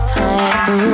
time